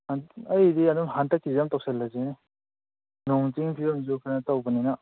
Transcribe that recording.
ꯑ ꯑꯩꯗꯤ ꯑꯗꯨꯝ ꯍꯟꯗꯛꯀꯤꯗ ꯑꯗꯨꯝ ꯇꯧꯁꯜꯂꯁꯤꯅꯦ ꯅꯣꯡ ꯆꯤꯡ ꯐꯤꯕꯝꯁꯨ ꯀꯩꯅꯣ ꯇꯧꯕꯅꯤꯅ